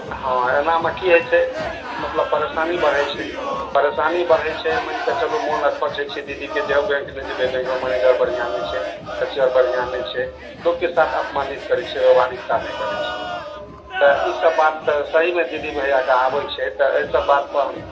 हँ एनामे की होइ छै मतलब परेशानी बढ़य छै परेशानी बढ़य छै मानि कऽ चलू मोन अकच्छ होइ छै दीदीके जेहो बैंक नहि जेबय बैंक मैनेजर बढ़िआँ नहि छै केशियर बढ़िआँ नहि छै लोकके साथ अपमानित करय छै व्यवहारिकता नहि करय छै तऽ ई सब बात तऽ सहीमे दीदी भैयाके आबय छै तऽ अइ सब बात हम